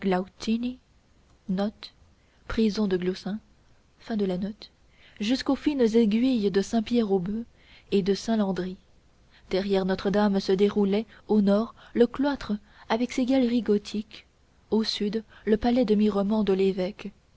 jusqu'aux fines aiguilles de saint pierre aux boeufs et de saint landry derrière notre-dame se déroulaient au nord le cloître avec ses galeries gothiques au sud le palais demi roman de l'évêque